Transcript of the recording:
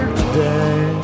today